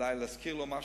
אולי להזכיר לו משהו.